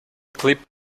clipped